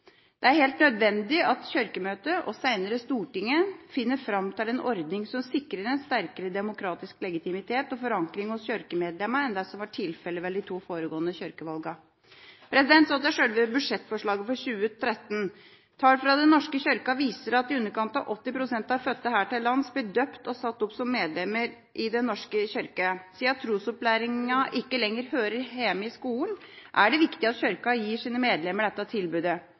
Det er helt nødvendig at Kirkemøtet, og senere Stortinget, finner fram til en ordning som sikrer en sterkere demokratisk legitimitet og forankring hos kirkemedlemmene enn det som var tilfellet ved de to foregående kirkevalgene. Så til sjølve budsjettforslaget for 2013. Tall fra Den norske kirke viser at i underkant av 80 pst. av fødte her til lands blir døpt og tatt opp som medlemmer i Den norske kirke. Siden trosopplæringen ikke lenger hører hjemme i skolen, er det viktig at Kirken gir sine medlemmer dette tilbudet.